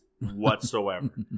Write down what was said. whatsoever